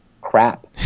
crap